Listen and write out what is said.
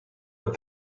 but